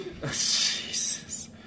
Jesus